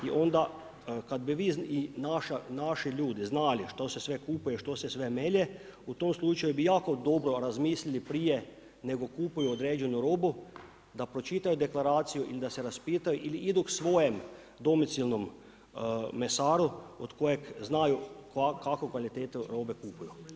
I onda kada bi vi i naši ljudi znali što se sve kupuje, što se sve melje u tom slučaju bi jako dobro razmislili nego kupuju određenu robu da pročitaju deklaraciju ili da se raspitaju ili idu svojem domicilnom mesaru od kojeg znaju kakvu kvalitetu robe kupuju.